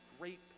great